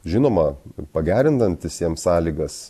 žinoma pagerinantis jiems sąlygas